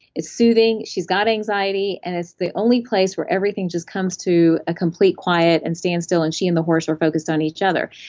it's soothing, she's got anxiety and it's the only place where everything just comes to a complete quiet and stand still, and she and the horse are focused on each other.